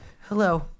Hello